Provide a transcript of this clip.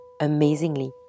amazingly